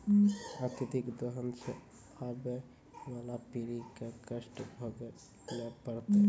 अत्यधिक दोहन सें आबय वाला पीढ़ी क कष्ट भोगै ल पड़तै